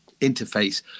interface